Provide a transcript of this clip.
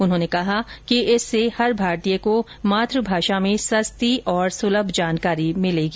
उन्होंने कहा कि इससे हर भारतीय को मातृ भाषा में सस्ती और सुलभ जानकारी मिलेगी